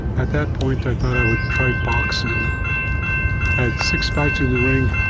at that point, i thought i would try boxing. i had six fights in the ring,